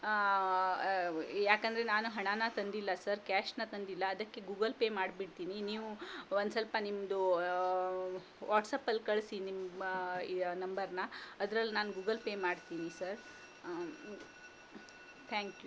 ಯಾಕೆಂದ್ರೆ ನಾನು ಹಣಾನ ತಂದಿಲ್ಲ ಸರ್ ಕ್ಯಾಶ್ನ ತಂದಿಲ್ಲ ಅದಕ್ಕೆ ಗೂಗಲ್ ಪೇ ಮಾಡಿಬಿಡ್ತೀನಿ ನೀವು ಒಂದು ಸ್ವಲ್ಪ ನಿಮ್ದೂ ವಾಟ್ಸಪ್ಪಲ್ಲಿ ಕಳಿಸಿ ನಿಮ್ಮ ಈ ನಂಬರ್ನ ಅದ್ರಲ್ಲಿ ನಾನು ಗೂಗಲ್ ಪೇ ಮಾಡ್ತೀನಿ ಸರ್ ಥ್ಯಾಂಕ್ ಯು